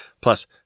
Plus